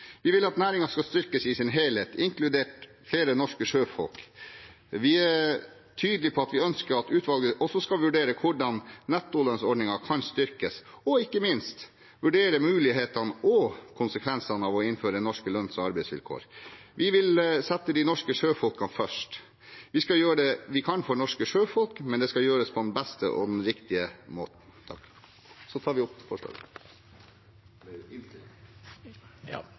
Vi vil at næringen skal styrkes i sin helhet, inkludert flere norske sjøfolk. Vi er tydelige på at vi ønsker at utvalget også skal vurdere hvordan nettolønnsordningen kan styrkes, og ikke minst vurdere mulighetene og konsekvensene av å innføre norske lønns- og arbeidsvilkår. Vi vil sette de norske sjøfolkene først. Vi skal gjøre det vi kan for norske sjøfolk, men det skal gjøres på den beste og den riktige måten. Jeg tar opp